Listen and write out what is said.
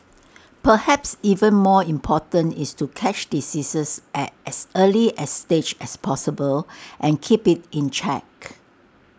perhaps even more important is to catch diseases at as early A stage as possible and keep IT in check